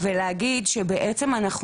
ולהגיד שבעצם,